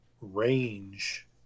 range